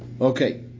Okay